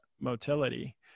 motility